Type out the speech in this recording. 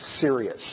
Serious